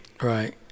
Right